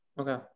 okay